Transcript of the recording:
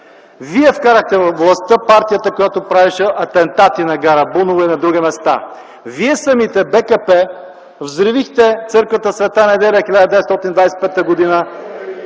Вие вкарахте във властта партията, която правеше атентати на гара Буново и на други места. Вие самите – БКП, взривихте църквата „Света Неделя” 1925 г.